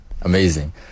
Amazing